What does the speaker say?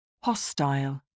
Hostile